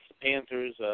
Panthers